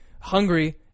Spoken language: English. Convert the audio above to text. hungry